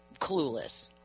clueless